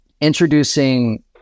introducing